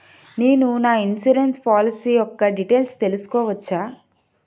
నేను నా insurance policy యెక్క డీటైల్స్ తెల్సుకోవచ్చా?